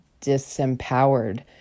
disempowered